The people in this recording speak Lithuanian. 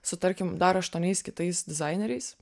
su tarkim dar aštuoniais kitais dizaineriais